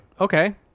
Okay